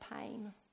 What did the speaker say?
pain